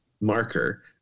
marker